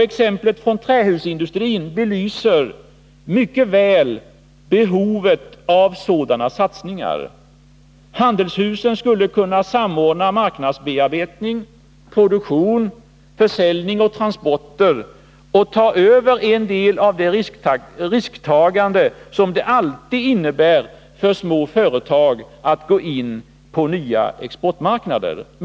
Exemplet från trähusindustrin belyser mycket väl behovet av sådana satsningar. Handelshusen skulle kunna samordna marknadsbearbetning, produktion, försäljning och transporter och ta över en del av det risktagande som det alltid innebär för små företag att gå in på nya exportmarknader.